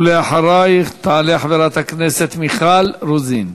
ולאחרייך, תעלה חברת הכנסת מיכל רוזין.